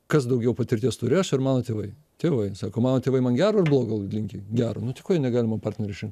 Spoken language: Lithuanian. kas daugiau patirties turi aš ar mano tėvai tėvai sako mano tėvai man gero ar blogo linki gero nu tai ko jie negali man partnerio išrin